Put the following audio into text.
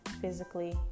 physically